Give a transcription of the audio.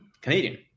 Canadian